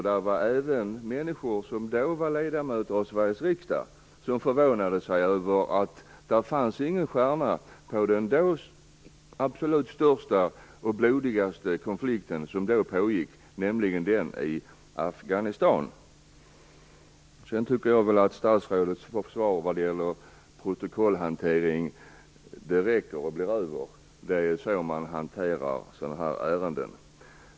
Där var även människor som då var ledamöter av Sveriges riksdag som förvånade sig över att det inte fanns någon stjärna vad gällde den absolut största och blodigaste konflikt som då pågick, nämligen den i Jag tycker att statsrådets svar vad gäller protokollhantering räcker och blir över. Det är så man hanterar sådana här ärenden.